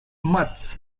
much